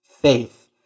faith